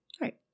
Right